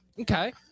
Okay